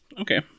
Okay